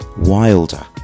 Wilder